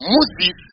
Moses